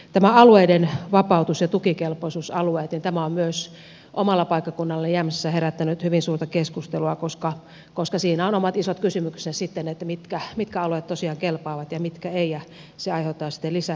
tämä alueiden vapautus ja tukikelpoisuusalueet on myös omalla paikkakunnallani jämsässä herättänyt hyvin suurta keskustelua koska siinä on omat isot kysymyksensä sitten mitkä alueet tosiaan kelpaavat ja mitkä eivät ja se aiheuttaa sitten lisäongelmia